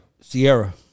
Sierra